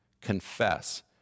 confess